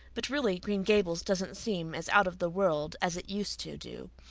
but really, green gables doesn't seem as out of the world as it used to do.